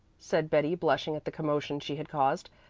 said betty blushing at the commotion she had caused,